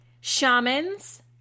shamans